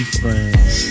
friends